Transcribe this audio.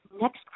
next